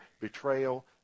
betrayal